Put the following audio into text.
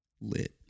lit